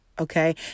Okay